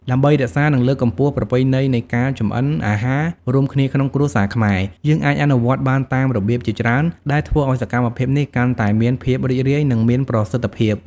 ដើម្បីរក្សា និងលើកកម្ពស់ប្រពៃណីនៃការចម្អិនអាហាររួមគ្នាក្នុងគ្រួសារខ្មែរ យើងអាចអនុវត្តបានតាមរបៀបជាច្រើន ដែលធ្វើឱ្យសកម្មភាពនេះកាន់តែមានភាពរីករាយ និងមានប្រសិទ្ធភាព ។